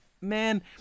man